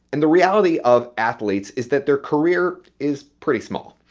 and the reality of athletes is that their career is pretty small.